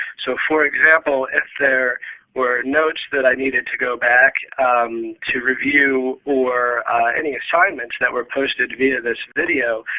so for example, if there were notes that i needed to go back to review, or any assignments that were posted via this video,